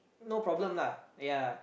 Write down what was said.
no problem lah ya